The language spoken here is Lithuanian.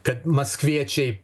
kad maskviečiai